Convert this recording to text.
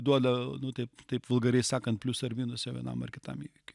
duoda nu taip taip vulgariai sakant pliusą ar minusą vienam ar kitam įvykiui